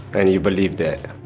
and you believe that.